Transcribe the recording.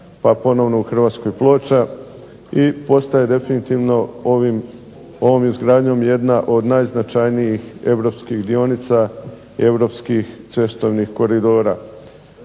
pa ponovno u Hrvatskoj Ploča, i postaje definitivno ovim, ovom izgradnjom jedna od najznačajnijih europskih dionica i europskih cestovnih koridora.